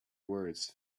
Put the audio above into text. words